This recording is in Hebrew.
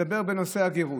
הגרות.